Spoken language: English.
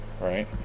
Right